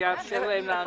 אאפשר להם לענות.